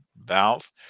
valve